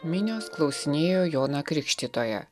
minios klausinėjo joną krikštytoją